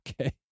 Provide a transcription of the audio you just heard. Okay